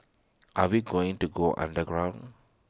are we going to go underground